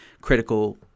critical